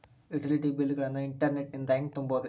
Utility bill ಗಳನ್ನ internet ನಿಂದ ಹೆಂಗ್ ತುಂಬೋದುರಿ?